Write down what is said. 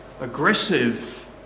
Aggressive